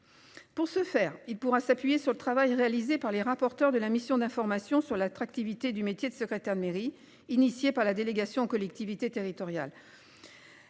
Pour ce faire, il pourra s'appuyer sur le travail réalisé par les rapporteurs de la mission d'information sur l'attractivité du métier de secrétaire de mairie initiée par la délégation aux collectivités territoriales.